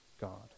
God